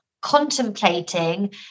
contemplating